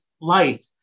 light